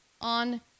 On